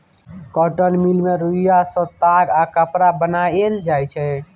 cotton mill मे रुइया सँ ताग आ कपड़ा बनाएल जाइ छै